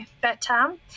better